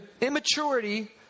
immaturity